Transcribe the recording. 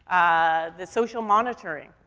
ah, the social monitoring,